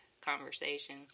conversation